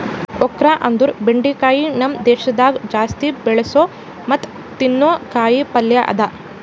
okra ಅಂದುರ್ ಬೆಂಡಿಕಾಯಿ ನಮ್ ದೇಶದಾಗ್ ಜಾಸ್ತಿ ಬೆಳಸೋ ಮತ್ತ ತಿನ್ನೋ ಕಾಯಿ ಪಲ್ಯ ಅದಾ